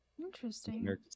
Interesting